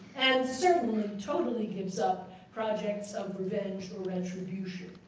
and certainly, totally gives up projects of revenge or retribution.